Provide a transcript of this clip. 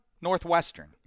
Northwestern